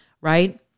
right